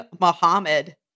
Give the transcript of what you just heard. Muhammad